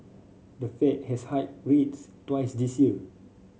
the Fed has hiked rates twice this year